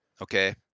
Okay